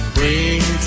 Bring